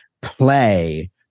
play